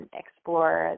explore